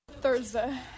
Thursday